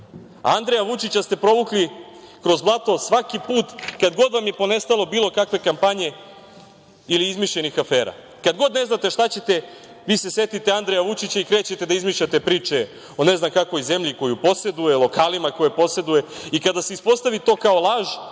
Andreja Vučića ste provukli kroz blato svaki put kad god vam je ponestalo bilo kakve kampanje, ili izmišljenih afera. Kad god ne znate šta ćete, vi se setite Andreja Vučića, i krećete da izmišljate priče o ne znam, kakvoj zemlji koju poseduje, lokalima koje poseduje. Kada se ispostavi to kao laž,